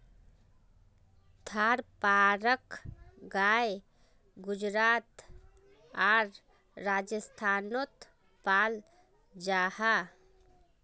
थारपारकर गाय गुजरात आर राजस्थानोत पाल जाहा